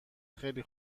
خیلی